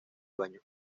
baños